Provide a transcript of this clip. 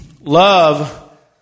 Love